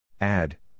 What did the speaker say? Add